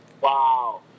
Wow